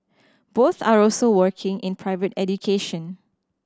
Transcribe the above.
both are also working in private education